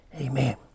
Amen